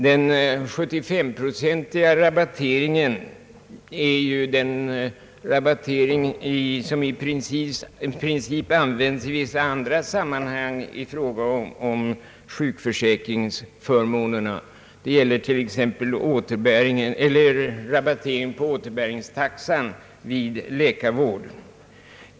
Den 75-procentiga rabatteringen tilllämpas ju i princip i vissa andra sammanhang då det gäller sjukförsäkringsförmånerna, t.ex. rabattering på återbä ringstaxan vid läkarvård.